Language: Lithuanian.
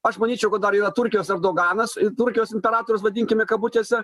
aš manyčiau kad dar yra turkijos erdoganas turkijos imperatorius vadinkime kabutėse